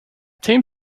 tame